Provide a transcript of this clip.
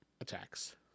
attacks